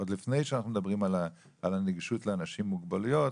עוד לפני שאנחנו מדברים על הנגישות לאנשים עם מוגבלויות,